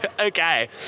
Okay